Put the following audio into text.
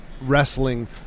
wrestling